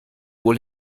wohl